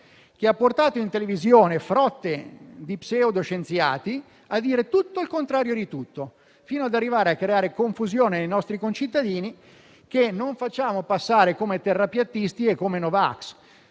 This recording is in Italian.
che ha portato in televisione frotte di pseudoscienziati a dire tutto e il contrario di tutto, fino ad arrivare a creare confusione nei nostri concittadini. Non facciamo passare gli italiani come terrapiattisti e come no vax,